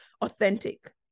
authentic